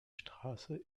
straße